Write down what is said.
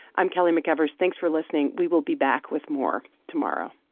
i'm kelly mcevers. thanks for listening. we will be back with more tomorrow